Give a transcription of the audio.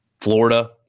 Florida